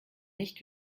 nicht